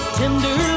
tender